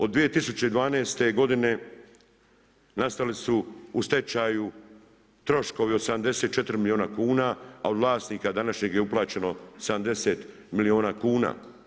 Od 2012. godine nastali su u stečaju troškovi od 74 milijuna kuna, a od vlasnika današnjeg je uplaćeno 70 milijuna kuna.